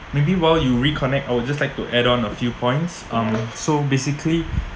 maybe while you reconnect I would just like to add on a few points um so basically